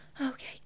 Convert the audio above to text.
Okay